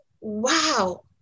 wow